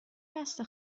بسته